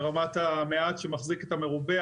ברמת המעט שמחזיק את המרובה,